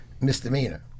misdemeanor